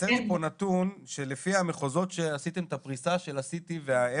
חסר לי פה נתון שלפי המחוזות שעשיתם את הפריסה של ה-CT וה-MRI,